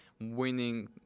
winning